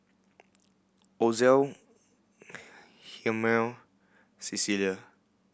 Ozell Hjalmer Cecelia